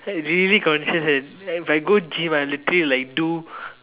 I really conscious and if I go gym I will literally like do